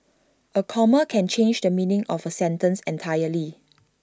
A comma can change the meaning of A sentence entirely